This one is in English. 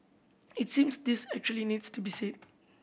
it seems this actually needs to be said